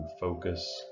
focus